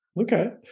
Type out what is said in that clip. Okay